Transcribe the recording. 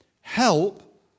Help